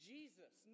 Jesus